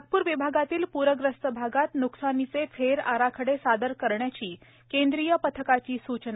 नागपूर विभागातील पूरग्रस्त भागात न्कसानीचे फेर आराखडे सादर करण्याची केंद्रीय पथकाची सूचना